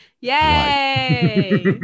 Yay